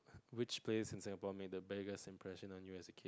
which place in Singapore made the biggest impression on you as a kid